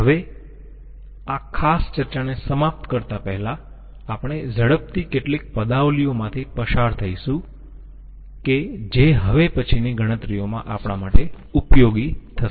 હવે આ ખાસ ચર્ચાને સમાપ્ત કરતા પહેલા આપણે ઝડપથી કેટલીક પદાવલિઓ માંથી પસાર થઈશું કે જે હવે પછીની ગણતરીઓમાં આપણા માટે ઉપયોગી થશે